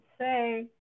say